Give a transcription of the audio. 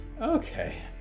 Okay